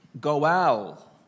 goel